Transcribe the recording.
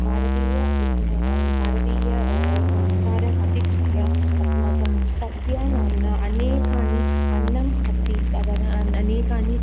भारतीय विज्ञानं भारतीय संस्कारम् अधिकृत्य अस्माकं सद्यः नाम्ना अनेकानि अन्नम् अस्ति तदन्नम् अन्नम् अनेकानि